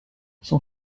son